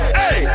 hey